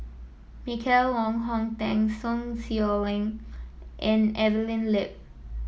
Michael Wong Hong Teng Sun Xueling and Evelyn Lip